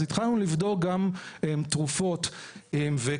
אז התחלנו לבדוק גם תרופות וקפאין,